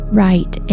right